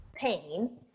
pain